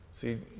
See